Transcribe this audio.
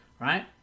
right